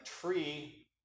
tree